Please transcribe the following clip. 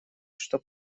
что